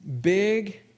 Big